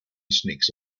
sneaks